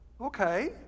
Okay